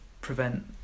prevent